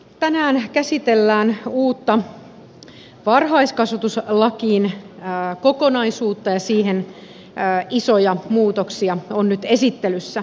tänään käsitellään uutta varhaiskasvatuslain kokonaisuutta ja siihen isoja muutoksia on nyt esittelyssä